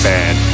Bad